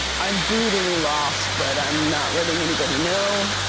i'm brutally lost, but i'm not letting anybody know.